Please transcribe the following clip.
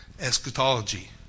eschatology